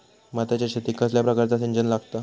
भाताच्या शेतीक कसल्या प्रकारचा सिंचन लागता?